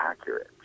accurate